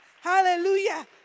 Hallelujah